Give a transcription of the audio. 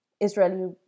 israeli